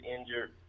injured